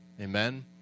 Amen